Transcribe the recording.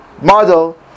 model